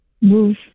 move